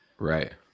right